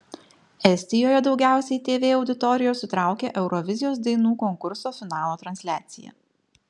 estijoje daugiausiai tv auditorijos sutraukė eurovizijos dainų konkurso finalo transliacija